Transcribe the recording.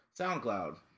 SoundCloud